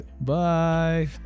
bye